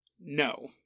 no